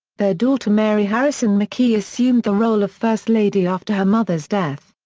their daughter mary harrison mckee assumed the role of first lady after her mother's death.